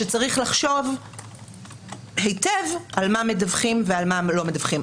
שצריך לחשוב היטב על מה מדווחים ועל מה לא מדווחים.